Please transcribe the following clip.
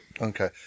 Okay